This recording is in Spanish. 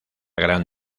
gran